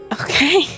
Okay